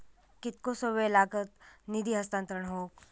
कितकोसो वेळ लागत निधी हस्तांतरण हौक?